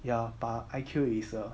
ya but I_Q is a